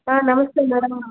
నమస్తే మేడం